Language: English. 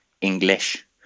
English